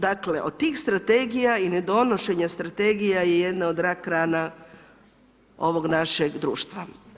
Dakle, od tih strategija i nedonošenja strategija je jedna od rak rana ovog našeg društva.